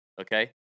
Okay